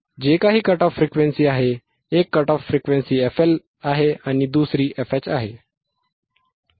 जे काही cut off frequency आहे एक कट ऑफ फ्रिक्वेन्सी fL आहे आणि दुसरी fH आहे